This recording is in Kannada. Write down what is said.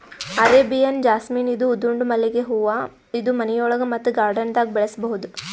ಅರೇಬಿಯನ್ ಜಾಸ್ಮಿನ್ ಇದು ದುಂಡ್ ಮಲ್ಲಿಗ್ ಹೂವಾ ಇದು ಮನಿಯೊಳಗ ಮತ್ತ್ ಗಾರ್ಡನ್ದಾಗ್ ಬೆಳಸಬಹುದ್